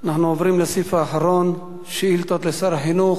אנחנו עוברים לסעיף האחרון: שאילתות לשר החינוך.